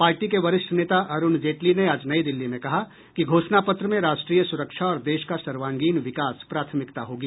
party के वरिष्ठ नेता अरुण जेटली ने आज नई दिल्ली में कहा कि घोषणा पत्र में राष्ट्रीय सुरक्षा और देश का सर्वांगीण विकास प्राथमिकता होगी